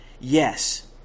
Yes